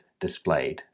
displayed